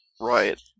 Right